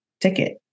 ticket